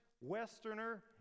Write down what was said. Westerner